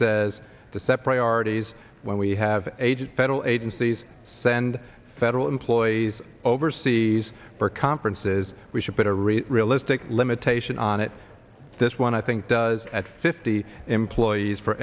says to set priorities when we have agent federal agencies send federal employees overseas for conferences we should put a really realistic limitation on it this one i think does at fifty employees for